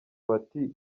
bati